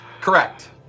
Correct